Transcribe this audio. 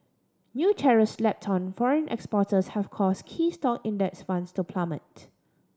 new tariffs slapped on foreign exporters have caused key stock Index Funds to plummet